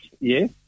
Yes